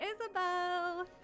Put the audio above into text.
Isabel